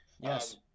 Yes